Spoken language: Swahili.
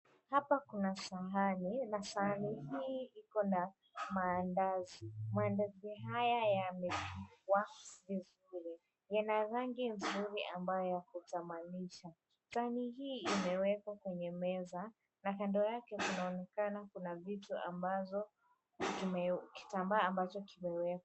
Hapa kuna sahani na sahani hii iko na maandazi. Mandazi haya yamepikwa vizuri, yana rangi mzuri ambayo ya kutamanisha. Sahani hii imewekwa kwenye meza na kando yake kunaonekana kuna vitu ambazo kitambaa ambacho kimewekwa.